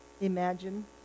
Imagine